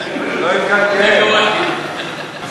לוקחים הביתה.